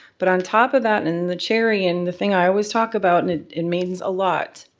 but on top of that and the cherry and the thing i always talk about and it means a lot,